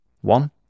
One